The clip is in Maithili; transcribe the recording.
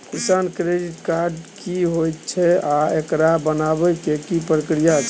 किसान क्रेडिट कार्ड की होयत छै आ एकरा बनाबै के की प्रक्रिया छै?